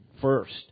first